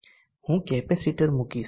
હું કેપેસિટર મૂકીશ